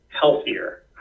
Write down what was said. healthier